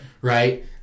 Right